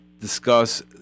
discuss